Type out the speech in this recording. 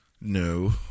No